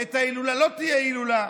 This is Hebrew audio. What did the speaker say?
את ההילולה, לא תהיה הילולה.